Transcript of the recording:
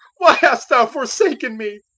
why hast thou forsaken me?